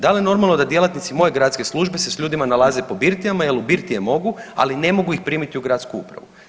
Da li je normalno da djelatnici moje gradske službe se s ljudima nalaze po birtijama jer u birtije mogu, ali ne mogu ih primiti u gradsku upravu?